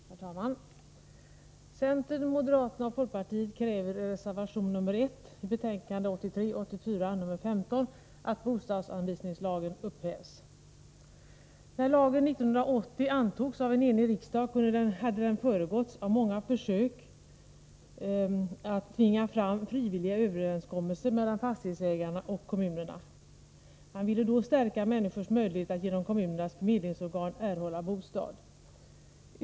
Herr talman! Centern, moderaterna och folkpartiet kräver i reservation 1 att bostadsanvisningslagen upphävs. När lagen 1980 antogs av en enig riksdag hade den föregåtts av många försök att tvinga fram frivilliga överenskommelser mellan fastighetsägarna och kommunerna. Man ville stärka människors möjlighet att genom kommunernas förmedlingsorgan erhålla bostad.